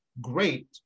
Great